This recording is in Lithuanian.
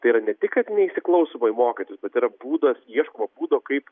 tai yra ne tik kad neįsiklausoma į mokytojus bet yra būdas ieškoma būdo kaip